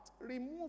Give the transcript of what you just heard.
Remove